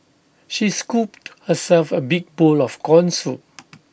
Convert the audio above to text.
she scooped herself A big bowl of Corn Soup